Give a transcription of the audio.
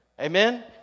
Amen